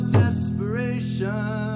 desperation